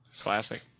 Classic